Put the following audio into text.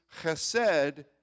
chesed